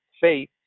faith